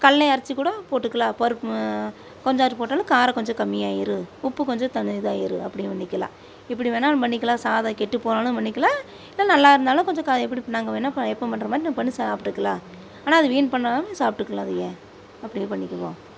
கடலைய அரைச்சு கூட போட்டுக்கலாம் பருப்பு கொஞ்சம் ஆற போட்டாலும் காரம் கொஞ்சம் கம்மியாயிடும் உப்பு கொஞ்சம் தண்ணி இதாயிடும் அப்படியும் பண்ணிக்கலாம் எப்படி வேணாலும் பண்ணிக்கலாம் சாதம் கெட்டு போனாலும் பண்ணிக்கலாம் இல்லை நல்லா இருந்தாலும் கொஞ்சம் காயப்போட்டு நாங்கள் வேணால் இப்போ எப்போவும் பண்ற மாதிரி நம்ம பண்ணி சாப்பிட்டுக்கலாம் ஆனால் அது வீண் பண்ணாமல் சாப்பிட்டுக்கலாம் அதை அப்படியே பண்ணிக்குவோம்